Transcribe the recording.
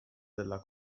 della